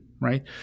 right